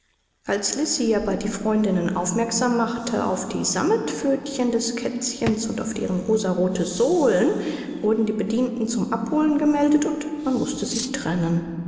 als lisi aber die freundinnen aufmerksam machte auf die sammetpfötchen des kätzchens und auf deren rosarothe sohlen wurden die bedienten zum abholen gemeldet und man mußte sich trennen